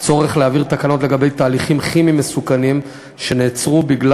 צורך להעביר תקנות לגבי תהליכים כימיים מסוכנים שנעצרו מפני